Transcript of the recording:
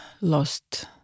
lost